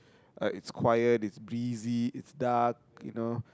uh it's quiet it's breezy it's dark you know